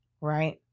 right